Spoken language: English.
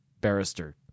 Barrister